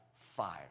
five